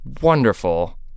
wonderful